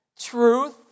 truth